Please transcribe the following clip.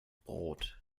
brot